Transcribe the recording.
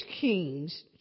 Kings